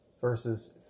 verses